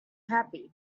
happy